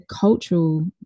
cultural